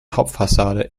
hauptfassade